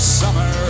summer